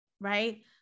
right